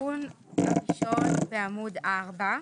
התיקון הראשון בעמוד 4,